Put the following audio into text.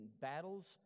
battles